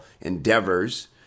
endeavors